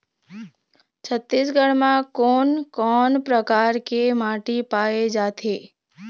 छत्तीसगढ़ म कोन कौन प्रकार के माटी पाए जाथे?